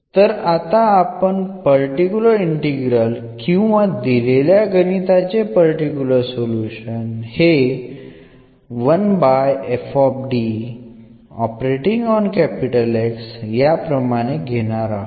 ഈ സമവാക്യത്തിന്റെ പർട്ടിക്കുലർ ഇന്റഗ്രൽനെ അഥവാ സമവാക്യത്തിന്റെ ഒരു പർട്ടിക്കുലർ സൊല്യൂഷനെ എന്ന് സൂചിപ്പിക്കുന്നു